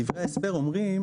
בדברי ההסבר בין היתר אומרים,